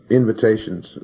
invitations